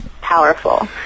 powerful